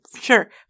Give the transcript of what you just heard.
Sure